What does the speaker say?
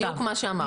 זה בדיוק מה שאמרנו.